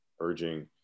urging